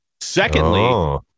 Secondly